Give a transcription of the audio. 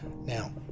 Now